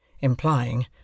implying